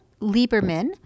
Lieberman